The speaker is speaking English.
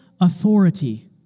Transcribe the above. authority